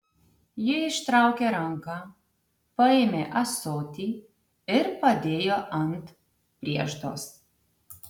ji ištraukė ranką paėmė ąsotį ir padėjo ant prieždos